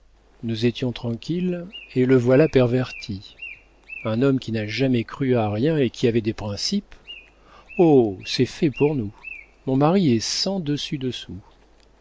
nous étions tranquilles et le voilà perverti un homme qui n'a jamais cru à rien et qui avait des principes oh c'est fait pour nous mon mari est sens dessus dessous